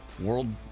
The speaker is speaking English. world